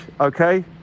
okay